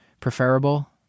preferable